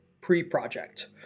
pre-project